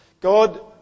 God